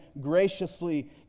graciously